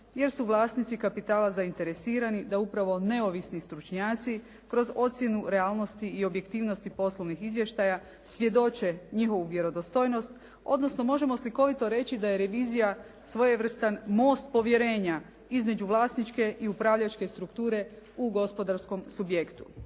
jer su vlasnici kapitala zainteresirani da upravo neovisni stručnjaci kroz ocjenu realnosti i objektivnosti poslovnih izvještaja svjedoče njihovu vjerodostojnost odnosno možemo slikovito reći da je revizija svojevrstan most povjerenja između vlasničke i upravljačke strukture u gospodarskom subjektu.